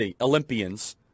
Olympians